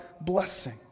blessing